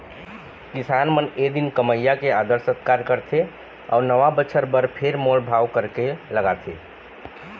किसान मन ए दिन कमइया के आदर सत्कार करथे अउ नवा बछर बर फेर मोल भाव करके लगाथे